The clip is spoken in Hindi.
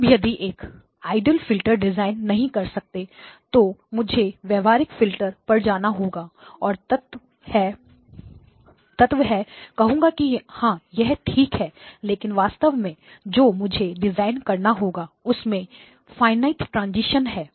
अब यदि एक आइडियल फिल्टर डिज़ाइन नहीं कर सकता तो मुझे व्यवहारिक फिल्टर पर जाना होगा और तब मैं कहूँगा कि हां यह ठीक है लेकिन वास्तव मैं जो मुझे डिज़ाइन करना होगा उसमें फायनेट ट्रांजीशन है